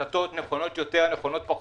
על החלטות נכונות יותר או פחות.